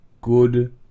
good